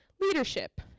leadership